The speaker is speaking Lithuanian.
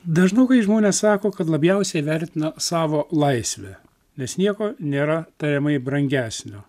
dažnokai žmonės sako kad labiausiai vertina savo laisvę nes nieko nėra tariamai brangesnio